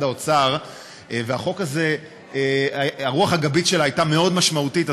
האוצר והרוב הגבית שלה הייתה מאוד משמעותית,